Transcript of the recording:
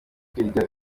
kwiga